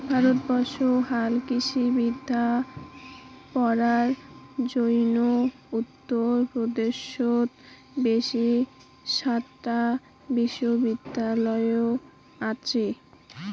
ভারতবর্ষত হালকৃষিবিদ্যা পড়ার জইন্যে উত্তর পদেশত বেশি সাতটা বিশ্ববিদ্যালয় আচে